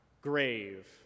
grave